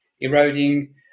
eroding